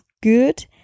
good